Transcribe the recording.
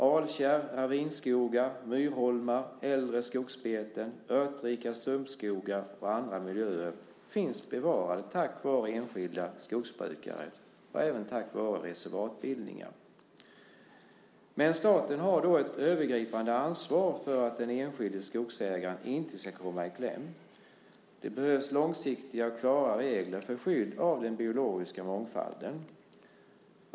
Alkärr, ravinskogar, myrholmar, äldre skogsbeten, örtrika sumpskogar och andra miljöer finns bevarade tack vare enskilda skogsbrukare och även tack vare reservatbildningar. Staten har ett övergripande ansvar för att den enskilde skogsägaren inte ska komma i kläm. Det behövs långsiktiga och klara regler för skydd av den biologiska mångfalden.